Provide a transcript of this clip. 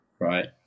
right